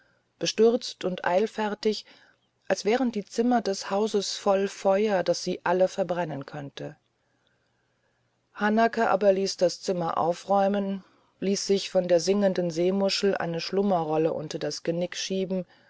bestürzt und eilfertig als wären die zimmer des hauses voll feuer das sie alle verbrennen könnte hanake aber ließ das zimmer aufräumen ließ sich von der singenden seemuschel eine schlummerrolle unter das genick schieben